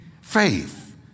Faith